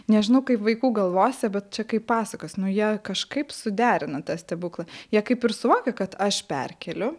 nežinau kaip vaikų galvose bet čia kaip pasakos nu jie kažkaip suderina tą stebuklą jie kaip ir suvokia kad aš perkeliu